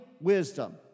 wisdom